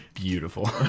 beautiful